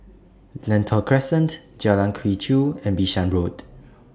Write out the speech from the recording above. Lentor Crescent Jalan Quee Chew and Bishan Road